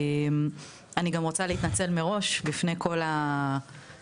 אני גם רוצה להתנצל מראש בפני כל הנוכחים,